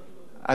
מאיפה הנתון הזה?